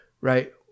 right